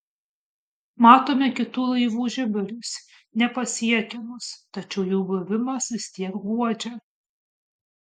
matome kitų laivų žiburius nepasiekiamus tačiau jų buvimas vis tiek guodžia